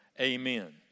Amen